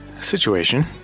situation